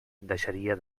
deixaria